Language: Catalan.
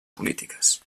polítiques